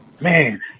Man